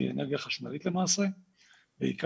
שהיא אנרגיה חשמלית למעשה בעיקר.